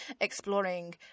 exploring